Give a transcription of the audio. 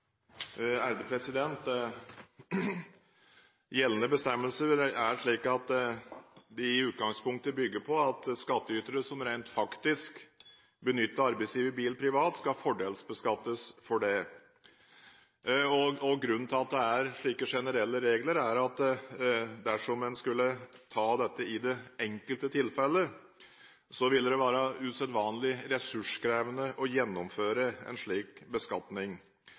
Gjeldende bestemmelser bygger i utgangspunktet på at skattytere som rent faktisk benytter arbeidsgivers bil privat, skal fordelsbeskattes for det. Grunnen til at vi har slike generelle regler, er at dersom en skulle behandle det enkelte tilfellet, ville det være usedvanlig ressurskrevende å gjennomføre en slik beskatning.